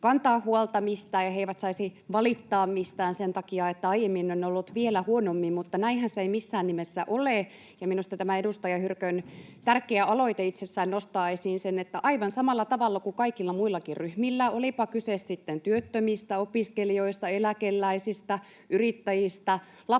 kantaa huolta mistään ja he eivät saisi valittaa mistään sen takia, että aiemmin on ollut vielä huonommin. Mutta näinhän se ei missään nimessä ole, ja minusta tämä edustaja Hyrkön tärkeä aloite itsessään nostaa esiin sen, että aivan samalla tavalla kuin kaikilla muillakin ryhmillä, olipa kyse sitten työttömistä, opiskelijoista, eläkeläisistä, yrittäjistä